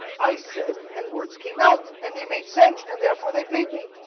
i said and words came out and they made sense and therefore they paid me